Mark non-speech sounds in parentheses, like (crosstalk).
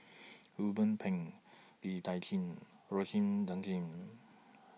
(noise) Ruben Pang Lee Tjin (unintelligible)